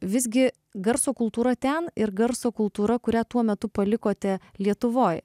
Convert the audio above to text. visgi garso kultūra ten ir garso kultūra kurią tuo metu palikote lietuvoj